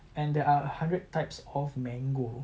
and there are a hundred types of mango